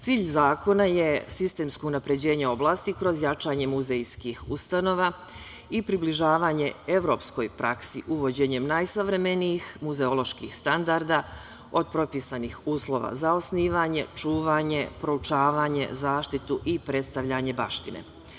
Cilj zakona je sistemsko unapređenje oblasti kroz jačanje muzejskih ustanova i približavanje evropskoj praksi uvođenjem najsavremenijih muzeoloških standarda, od propisanih uslova za osnivanje, čuvanje, proučavanje, zaštitu i predstavljanje baštine.